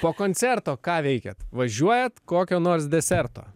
po koncerto ką veikiat važiuojat kokio nors deserto